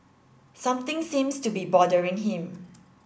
something seems to be bothering him